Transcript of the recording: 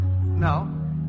no